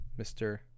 Mr